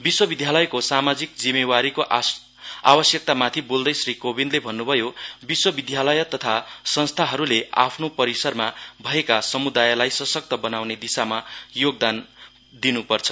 विश्वविद्यालयको सामाजिक जिम्मेवारीको आवश्यकतामाथि बोल्दै श्री कोविन्दले भन्नुभयो विश्वविद्यालय तथा संस्थानहरूले आफ्नो परिसरमा भएका समुदायलाई सशक्त बनाउने दिशामा योगदान दिनुपर्छ